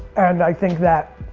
and i think that